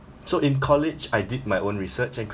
so in college I did my own research and